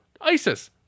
ISIS